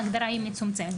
ההגדרה היא מצומצמת.